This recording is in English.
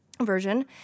version